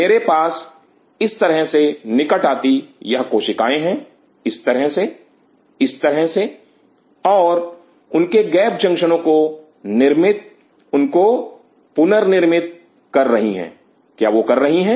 मेरे पास इस तरह से निकट आती यह कोशिकाएं हैं इस तरह से इस तरह से और उनके गैप जंक्शनो को निर्मित उनको पुनर्गठित कर रही हैं क्या वह कर रही हैं